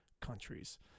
countries